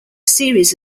series